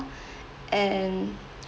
and